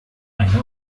eine